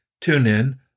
TuneIn